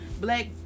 black